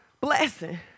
blessing